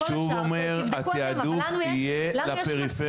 אני שוב אומר: התעדוף יהיה לפריפריה.